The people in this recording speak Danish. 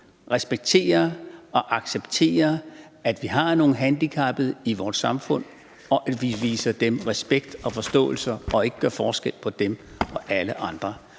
respekterer og accepterer, at vi har nogle handicappede i vores samfund, og at vi viser dem respekt og forståelse og ikke gør forskel på dem og alle andre.